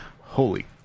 Holy